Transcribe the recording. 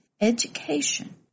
education